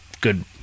good